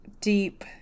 deep